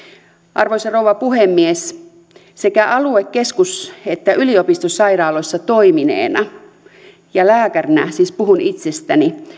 arvoisa rouva puhemies sekä alue keskus että yliopistosairaaloissa toimineena lääkärinä siis puhun itsestäni